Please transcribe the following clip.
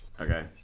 Okay